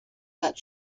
that